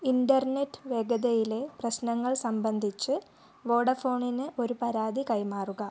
internet വേഗതയിലെ പ്രശ്നങ്ങൾ സംബന്ധിച്ച് വോഡഫോണിന് ഒരു പരാതി കൈമാറുക